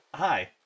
Hi